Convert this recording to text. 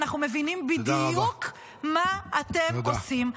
אנחנו מבינים בדיוק מה אתם עושים,